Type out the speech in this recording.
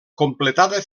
completada